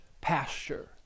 pasture